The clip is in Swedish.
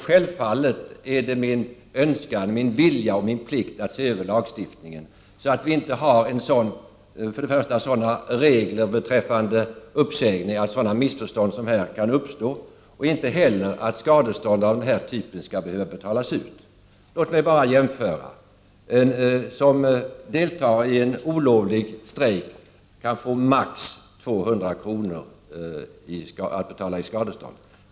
Självfallet är det min önskan, min vilja och min plikt att se över lagstiftningen så att vi inte har sådana regler beträffande uppsägning att sådana här missförstånd kan uppstå och inte heller att skadestånd av denna typ skall behöva betalas ut. Låt mig bara göra en jämförelse. En som deltar i en olovlig strejk kan få betala max. 200 kronor i skadestånd.